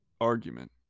argument